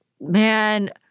man